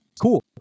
Cool